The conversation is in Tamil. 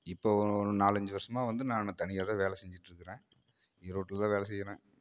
இப்போது ஒரு ஒரு நாலஞ்சு வருஷமா வந்து நான் தனியாக தான் வேலை செஞ்சுட்டு இருக்கிறேன் ஈரோட்டில் தான் வேலை செய்கிறேன்